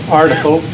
article